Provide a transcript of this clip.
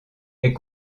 est